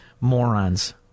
morons